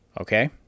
Okay